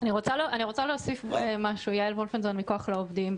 מתרשם שהדברים הולכים באיטיות.